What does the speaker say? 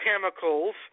chemicals